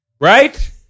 right